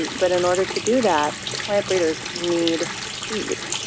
but in order to do that, plant breeders need seeds.